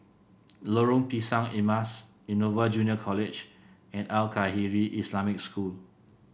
Lorong Pisang Emas Innova Junior College and Al Khairiah Islamic School